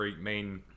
main